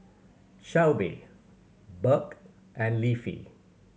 Shelbi Burk and Leafy